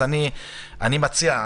אני מציע,